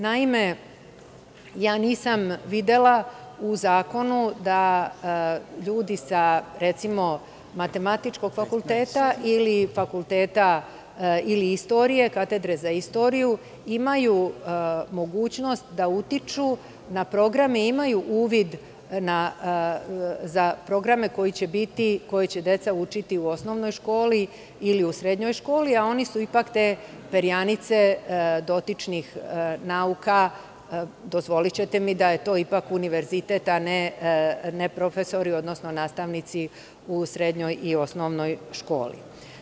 Naime, nisam videla u zakonu da ljudi sa recimo sa Matematičkog fakulteta ili Katedre za istoriju imaju mogućnost da utiču na programe, imaju uvid u programe koje će deca učiti u osnovnoj školi ili u srednjoj školi, a oni su ipak te perjanice dotičnih nauka, dozvolićete mi da je to ipak univerzitet, a ne profesori, odnosno nastavnici u srednjoj i osnovnoj školi.